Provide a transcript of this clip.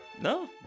no